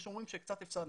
יש אומרים שקצת הפסדנו,